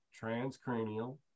transcranial